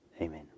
Amen